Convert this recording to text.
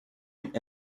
and